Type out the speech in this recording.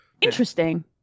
Interesting